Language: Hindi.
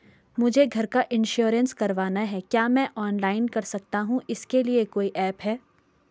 मुझे घर का इन्श्योरेंस करवाना है क्या मैं ऑनलाइन कर सकता हूँ इसके लिए कोई ऐप है?